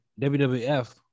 WWF